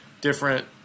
different